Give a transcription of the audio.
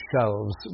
shelves